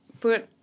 put